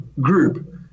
group